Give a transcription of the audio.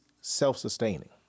self-sustaining